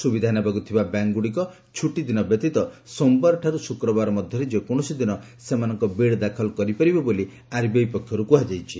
ସୁବିଧା ନେବାକୁ ଥିବା ବ୍ୟାଙ୍କଗୁଡ଼ିକ ଛୁଟିଦିନ ବ୍ୟତୀତ ସୋମବାରଠାରୁ ଶୁକ୍ରବାର ମଧ୍ୟରେ ଯେକୌଣସି ଦିନ ସେମାନଙ୍କ ବିଡ୍ ଦାଖଲ କରିପାରିବେ ବୋଲି ଆରବିଆଇ ପକ୍ଷରୁ କୁହାଯାଇଛି